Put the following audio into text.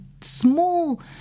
small